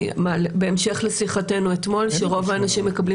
בהמשך לשיחתנו אתמול שרוב האנשים מקבלים